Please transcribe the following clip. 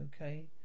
okay